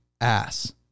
ass